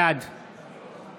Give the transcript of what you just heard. בעד